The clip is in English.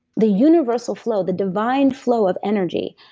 the universal flow, the divine flow of energy,